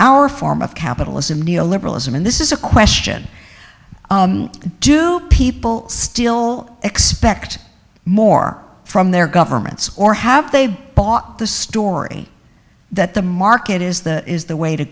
our form of capitalism neo liberalism in this is a question do people still expect more from their governments or have they bought the story that the market is that is the way to